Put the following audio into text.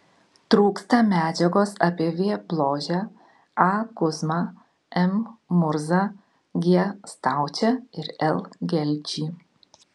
trūksta medžiagos apie v bložę a kuzmą m murzą g staučę ir l gelčį